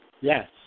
Yes